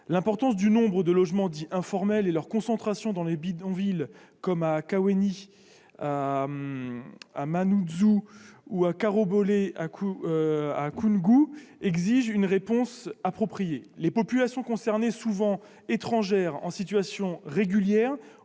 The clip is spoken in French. L'importance du nombre de logements dits informels et leur concentration dans des bidonvilles comme Kawéni à Mamoudzou ou Caro-Bolé à Koungou exigent une réponse appropriée. Les populations vivant dans ces quartiers, souvent étrangères en situation régulière